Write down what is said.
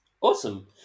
Awesome